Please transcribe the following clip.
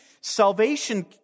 salvation